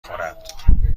خورد